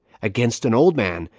against an old man,